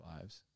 lives